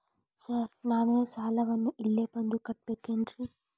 Sir ನಾನು ಸಾಲವನ್ನು ಇಲ್ಲೇ ಬಂದು ಕಟ್ಟಬೇಕೇನ್ರಿ?